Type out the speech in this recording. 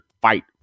fight